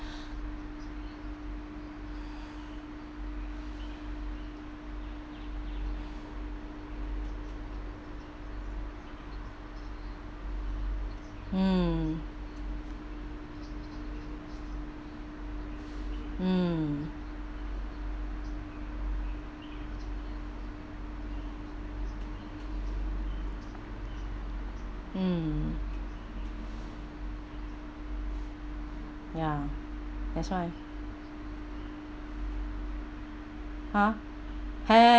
mm mm mm ya that's why ha have